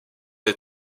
des